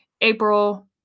April